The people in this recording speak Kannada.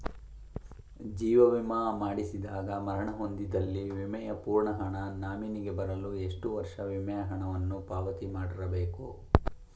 ಜೀವ ವಿಮಾ ಮಾಡಿಸಿದಾಗ ಮರಣ ಹೊಂದಿದ್ದಲ್ಲಿ ವಿಮೆಯ ಪೂರ್ಣ ಹಣ ನಾಮಿನಿಗೆ ಬರಲು ಎಷ್ಟು ವರ್ಷ ವಿಮೆ ಹಣವನ್ನು ಪಾವತಿ ಮಾಡಿರಬೇಕು?